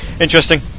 Interesting